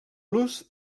los